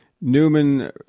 Newman